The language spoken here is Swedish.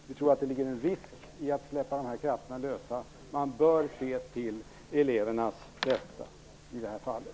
Vi tror att det ligger en risk i att släppa de krafterna lösa. Man bör se till det rätta för eleverna i det fallet.